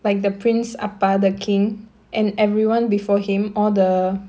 like the prince அப்பா:appaa the king and everyone before him all the